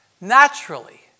naturally